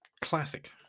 classic